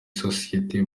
sosiyete